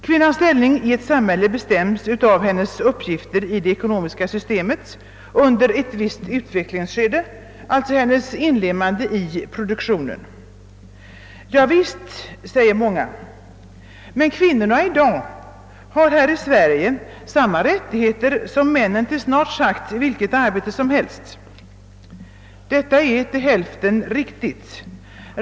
Kvinnans ställning i ett samhälle bestäms av hennes uppgifter i det ekonomiska systemet under ett visst utvecklingsskede, alltså hennes inlemmande i produktionen, Ja visst, säger många, men kvinnorna i dag har här i Sverige samma rättigheter som männen till snart sagt vilket arbete som helst. Detta är till hälften riktigt.